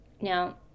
Now